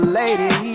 lady